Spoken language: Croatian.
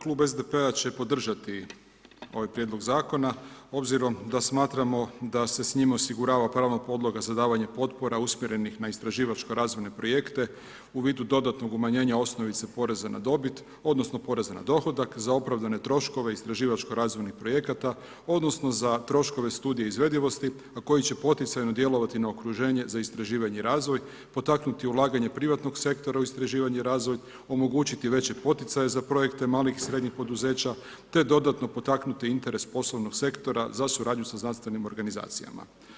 Klub SDP-a će podržati ovaj prijedlog zakona obzirom da smatramo da se s njime osigurava paralelna podloga za davanje potpora usmjerenih na istraživačko razvojne projekte u vidu dodatnog umanjenja osnovice poreza na dobit, odnosno poreza na dohodak za opravdane troškove istraživačko razvojnih projekata, odnosno za troškove studija izvedivosti, a koji će poticajno djelovati na okruženje za istraživanje i razvoj, potaknuti ulaganje privatnog sektora u istraživanje i razvoj, omogućiti veće poticaje za projekte malih i srednjih poduzeća te dodatno potaknuti interes poslovnog sektora za suradnju sa znanstvenim organizacijama.